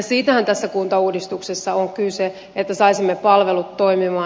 siitähän tässä kuntauudistuksessa on kyse että saisimme palvelut toimimaan